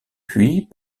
puis